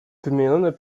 wymienione